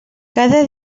cada